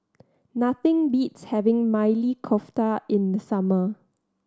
nothing beats having Maili Kofta in the summer